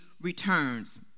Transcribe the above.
returns